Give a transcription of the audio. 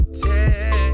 take